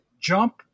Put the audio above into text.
jump